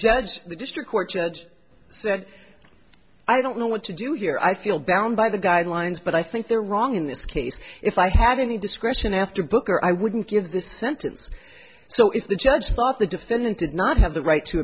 judge the district court judge said i don't know what to do here i feel bound by the guidelines but i think they're wrong in this case if i had any discretion after booker i wouldn't give this sentence so if the judge thought the defendant did not have the right to